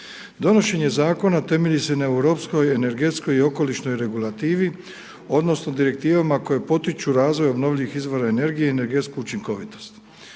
europskoj .../Govornik se ne razumije./... energetskoj i okolišnoj regulativi odnosno direktivama koje potiču razvoj obnovljivih izvora energije i energetsku učinkovitost.